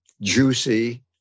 juicy